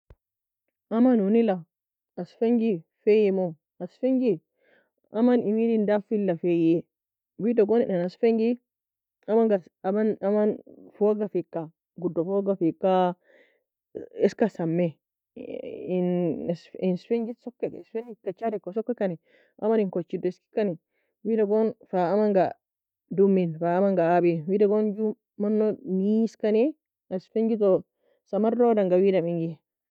Amn ouni la اسفنج feiy moe اسفنج amn emid dafi la feiye wida gon en اسفنج amn amn fuga fika godu fuga fika eska samei en اسفنح soka اسفنح en kigad eka soki kani amn en kugi dou eskikani wida gon fa amn ga dumi fa amn ga abie wida gin mano go niese kani اسفنج samaroud enga go wida menij